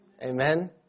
Amen